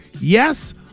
yes